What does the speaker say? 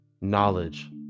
knowledge